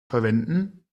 verwenden